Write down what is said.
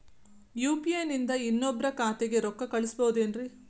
UPI ನಿಂದ ಇನ್ನೊಬ್ರ ಖಾತೆಗೆ ರೊಕ್ಕ ಕಳ್ಸಬಹುದೇನ್ರಿ?